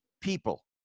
people